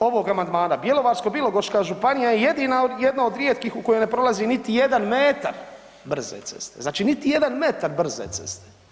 ovog amandmana Bjelovarsko-bilogorska županija je jedina jedna od rijetkih u kojoj ne prolazi niti jedan metar brze ceste, znači niti jedan metar brze ceste.